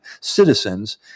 citizens